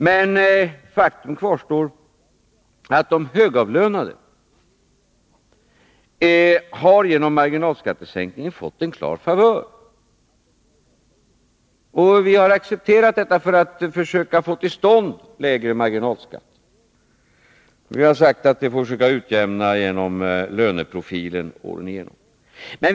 Men faktum kvarstår att de högavlönade genom marginalskattesänkningen har fått en klar favör. Vi har accepterat detta för att försöka få till stånd lägre marginalskatter. Vi har sagt att man får försöka utjämna den här effekten genom löneprofilen över åren.